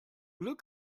glück